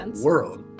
world